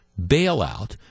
bailout